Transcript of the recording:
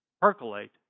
percolate